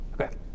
Okay